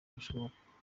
bushoboka